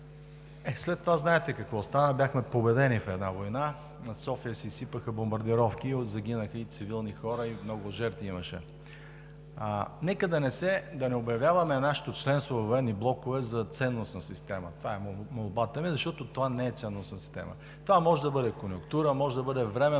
след това – бяхме победени в една война, над София се изсипаха бомбардировки, загинаха цивилни хора и много жертви имаше. Нека да не обявяваме нашето членство във военни блокове за ценностна система – това е молбата ми, защото това не е ценностна система. Това може да бъде конюнктура, може да бъде временно